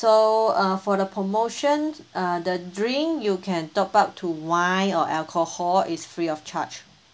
so uh for the promotion uh the drink you can top up to wine or alcohol is free of charge